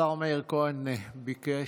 השר מאיר כהן ביקש,